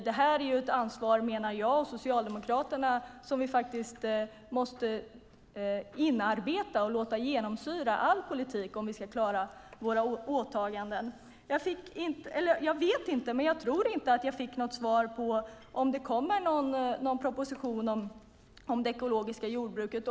Det här, menar jag och Socialdemokraterna, har vi faktiskt ett ansvar för att inarbeta och låta genomsyra all politik om vi ska klara våra åtaganden. Jag vet inte, men jag tror inte att jag fick något svar på om det kommer någon proposition om det ekologiska jordbruket.